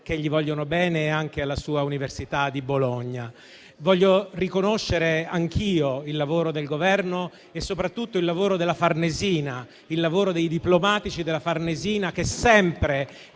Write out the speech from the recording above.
che gli vogliono bene e anche alla sua Università di Bologna. Voglio riconoscere anch'io il lavoro del Governo e soprattutto il lavoro della Farnesina, il lavoro dei diplomatici della Farnesina che sempre,